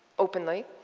openly,